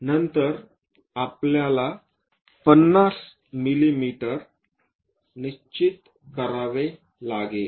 नंतर आपल्याला 50 मिमी निश्चित करावे लागेल